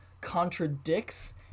contradicts